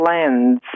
lens